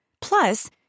Plus